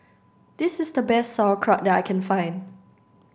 this is the best Sauerkraut that I can find